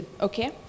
okay